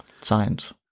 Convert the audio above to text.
science